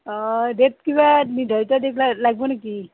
অঁ ডেট' কিবা নিৰ্ধাৰিত ডেট' লাগিব নেকি